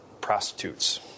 prostitutes